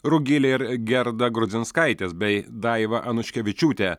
rugilė ir gerda grudzinskaitės bei daiva anuškevičiūtė